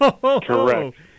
Correct